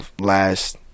last